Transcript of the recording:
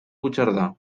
puigcerdà